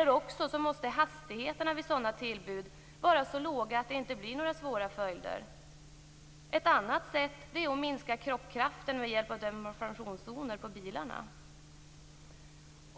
Eller också måste hastigheterna vid sådana tillbud vara så låga att det inte blir några svåra följder. Ett annat sätt är att minska krockkraften med hjälp av deformationszoner på bilarna.